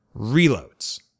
reloads